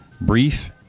Brief